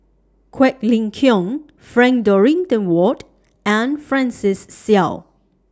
Quek Ling Kiong Frank Dorrington Ward and Francis Seow